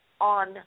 on